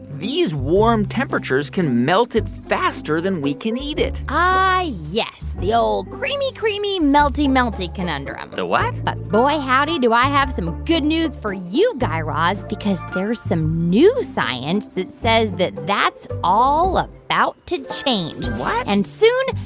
these warm temperatures can melt it faster than we can eat it ah, yes. the old creamy, creamy, melty, melty conundrum the what? but boy howdy, do i have some good news for you, guy raz, because there's some new science that says that that's all about to change what? and soon,